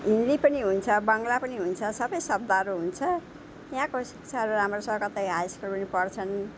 हिन्दी पनि हुन्छ बाङ्गला पनि हुन्छ सबै शब्दहरू हुन्छ यहाँको शिक्षा राम्रो छ र त यहाँ हाई स्कुल पढ्छन्